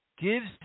gives